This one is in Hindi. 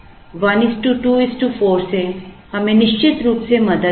1 2 4 से हमें निश्चित रूप से मदद मिली